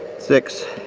six,